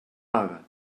paga